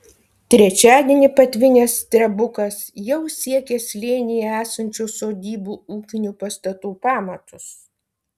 trečiadienį patvinęs strebukas jau siekė slėnyje esančių sodybų ūkinių pastatų pamatus